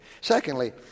Secondly